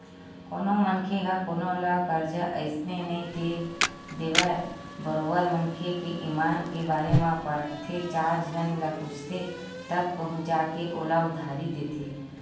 कोनो मनखे ह कोनो ल करजा अइसने नइ दे देवय बरोबर मनखे के ईमान के बारे म परखथे चार झन ल पूछथे तब कहूँ जा के ओला उधारी देथे